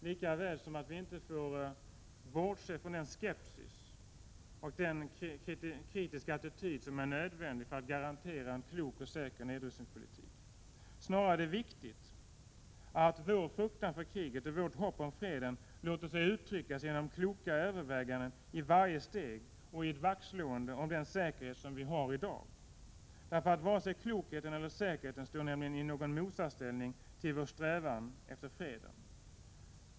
Vi får inte heller bortse från den skepsis och den kritiska attityd som är nödvändig för en klok och säker nedrustningspolitik. Snarare är det viktigt att vår fruktan för kriget och vårt hopp om freden låter sig uttryckas genom kloka överväganden i varje steg och under vaktslående om den säkerhet som vi har i dag. Varken klokheten eller säkerheten står i motsatsställning till vår strävan efter freden.